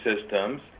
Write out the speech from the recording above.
systems